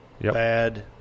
bad